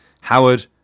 Howard